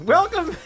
Welcome